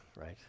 right